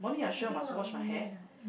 I think no need no need lah